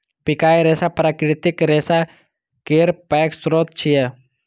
बियाक रेशा प्राकृतिक रेशा केर पैघ स्रोत छियै